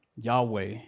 Yahweh